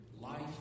life